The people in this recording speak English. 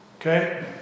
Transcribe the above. Okay